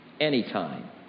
anytime